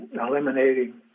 eliminating